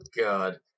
God